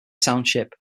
township